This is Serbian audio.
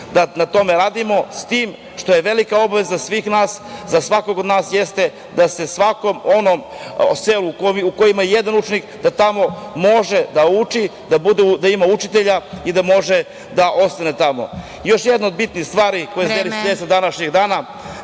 da na tome radimo, s tim što je velika obaveza svih nas, za svakog od nas jeste da se svakom onom selu, gde je jedan učenik da tamo može, da uči, da ima učitelja i da može da ostane tamo. Još jedna bitna stvar, dozvolite mi samo da kažem, za